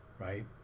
right